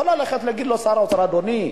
הוא יכול ללכת להגיד לשר האוצר: אדוני,